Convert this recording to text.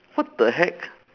what the heck